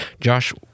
Josh